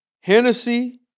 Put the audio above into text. Hennessy